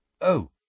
Oh